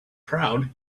crowd